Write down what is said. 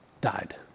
died